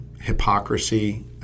hypocrisy